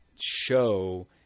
show